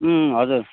अँ हजुर